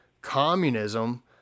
communism